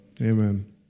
Amen